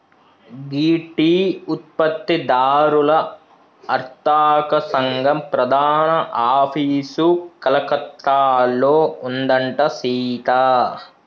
గీ tea ఉత్పత్తి దారుల అర్తక సంగం ప్రధాన ఆఫీసు కలకత్తాలో ఉందంట సీత